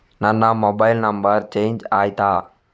ನನ್ನ mobile number change ಆಯ್ತಾ?